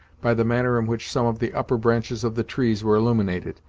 by the manner in which some of the upper branches of the trees were illuminated,